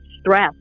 stress